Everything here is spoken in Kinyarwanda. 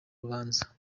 rubanza